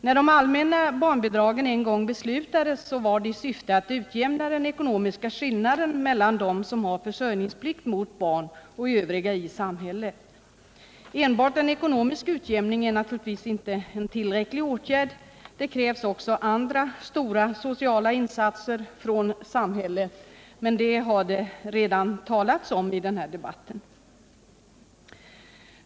När de allmänna barnbidragen en gång beslutades skedde det i syfte att utjämna den ekonomiska skillnaden mellan dem som har försörjningsplikt för barn och övriga i samhället. Enbart en ekonomisk utjämning är naturligtvis inte en tillräcklig åtgärd. Det krävs också andra stora sociala insatser från samhället, men det har det redan talats om i den här debatten.